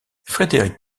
frédéric